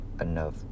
enough